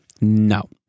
No